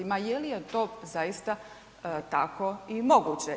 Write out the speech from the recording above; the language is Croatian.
Ma je li je to zaista tako i moguće?